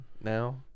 now